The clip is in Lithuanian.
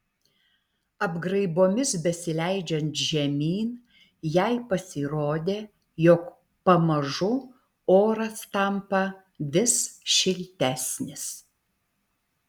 apgraibomis besileidžiant žemyn jai pasirodė jog pamažu oras tampa vis šiltesnis